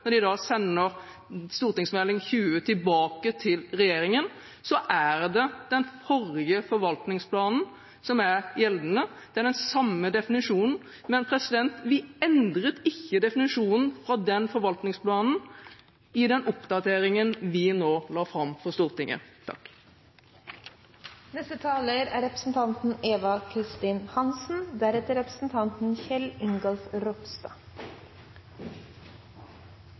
når de sender Meld. St. 20 for 2014–2015 tilbake til regjeringen. Da er det den forrige forvaltningsplanen som er gjeldende. Den har den samme definisjonen – vi endret ikke definisjonen fra den forvaltningsplanen i den oppdateringen vi nå la fram for Stortinget.